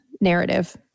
narrative